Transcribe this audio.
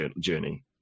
journey